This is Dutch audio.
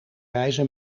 reizen